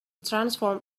transformed